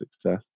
success